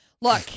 Look